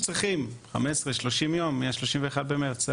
פשוט צריכים 15-30 יום מה-31 במרץ.